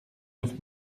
neuf